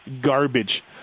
garbage